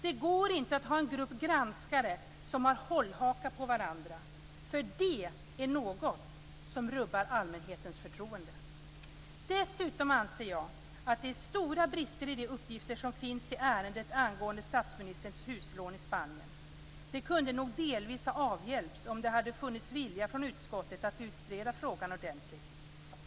Det går inte att ha en grupp granskare som har hållhakar på varandra. Det är nämligen något som rubbar allmänhetens förtroende. Dessutom anser jag att det är stora brister i de uppgifter som finns i ärendet angående statsministerns huslån i Spanien. Det kunde nog delvis ha avhjälpts om det hade funnits vilja från utskottet att utreda frågan ordentligt.